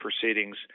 proceedings